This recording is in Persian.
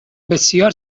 بسیار